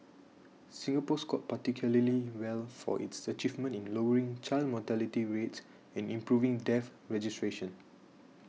Singapore scored particularly well for its achievements in lowering child mortality rates and improving death registration